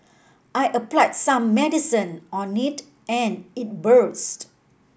I applied some medicine on it and it burst